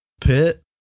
pit